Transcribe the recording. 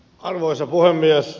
arvoisa puhemies